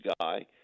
guy